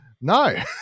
no